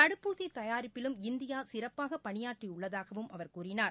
தடுப்பூசி தயாரிப்பிலும் இந்தியா சிறப்பாக பணியாற்றியுள்ளதாகவும் அவர் கூறினார்